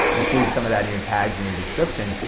include some of that in your tags and your description,